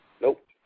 Nope